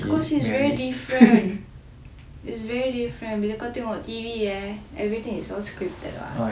because it's very different it's very different bila kau tengok T_V eh everything it's all scripted [what]